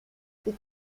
fait